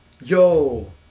Yo